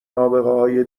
نابغههای